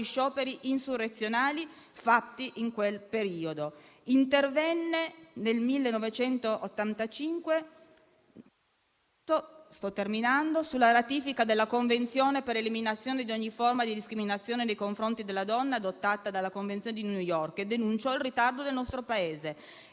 scioperi insurrezionali fatti in quel periodo. Intervenne nel 1985 sulla ratifica della Convenzione per l'eliminazione di ogni forma di discriminazione nei confronti della donna, adottata a New York, e denunciò il ritardo del nostro Paese.